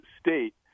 state